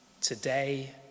today